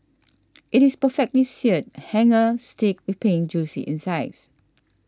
it is perfectly Seared Hanger Steak with Pink Juicy insides